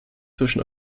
zwischen